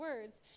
words